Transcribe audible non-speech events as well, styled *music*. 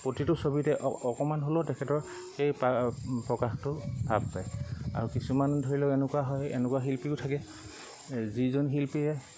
প্ৰতিটো ছবিতে অকণমান হ'লেও তেখেতৰ সেই প্ৰকাশটো *unintelligible* পায় আৰু কিছুমান ধৰি লওক এনেকুৱা হয় এনেকুৱা শিল্পীও থাকে যিজন শিল্পীয়ে